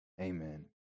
amen